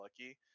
lucky